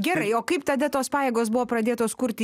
gerai o kaip tada tos pajėgos buvo pradėtos kurti